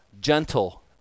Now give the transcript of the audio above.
gentle